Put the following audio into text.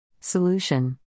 Solution